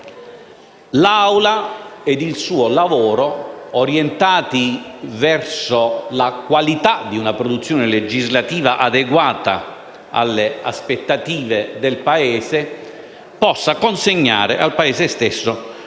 grazie ad un lavoro orientato verso la qualità di una produzione legislativa adeguata alle aspettative del Paese, possa consegnare al Paese stesso